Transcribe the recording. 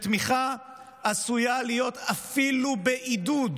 תמיכה עשויה להיות אפילו בעידוד,